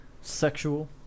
Sexual